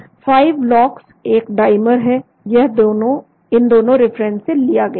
5 LOX एक dimer है यह इन दोनों रिफरेंस से लिया गया